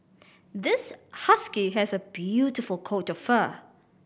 this husky has a beautiful coat of fur